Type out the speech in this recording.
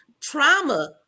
trauma